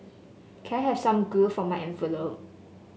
can I have some glue for my envelope